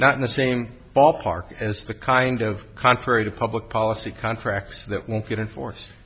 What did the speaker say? not in the same ballpark as the kind of contrary to public policy contracts that won't get in force